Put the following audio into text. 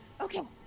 Okay